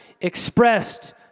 expressed